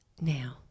Now